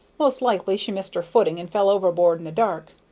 most likely she missed her footing, and fell overboard in the dark.